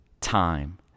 time